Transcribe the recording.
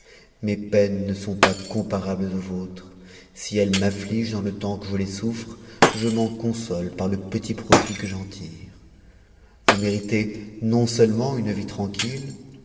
mes peines ne sont pas comparables aux vôtres si tu'aihigpnt dans le temps que jf es sounrf je m'en consote par tp petit profit que j'en tire vous méritez non-seulement une vie trauqui